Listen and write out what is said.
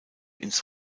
ins